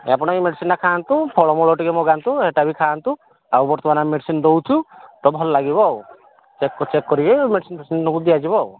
ଆପଣ ଏଇ ମେଡ଼ିସିନ୍ଟା ଖାଆନ୍ତୁ ଫଳମୂଳ ଟିକେ ମଗାନ୍ତୁ ଏଇଟା ବି ଖାଆନ୍ତୁ ଆଉ ବର୍ତ୍ତମାନ ମେଡ଼ିସିନ୍ ଦଉଛୁ ତ ଭଲ ଲାଗିବ ଆଉ ଚେକ୍ ଚେକ୍ କରିକି ମେଡ଼ିସିନ୍ ଫେଡ଼ିସିନ୍ ଦିଆଯିବ ଆଉ